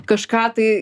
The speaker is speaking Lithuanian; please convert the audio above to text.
kažką tai